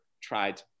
tried